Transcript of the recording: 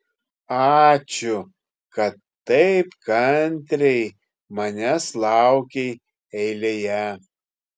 ačiū kad taip kantriai manęs laukei eilėje